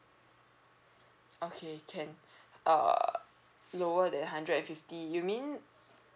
okay can uh lower than hundred and fifty you mean